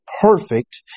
perfect